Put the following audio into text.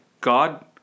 God